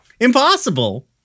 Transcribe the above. Impossible